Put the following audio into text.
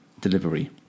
delivery